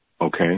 Okay